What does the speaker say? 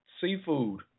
seafood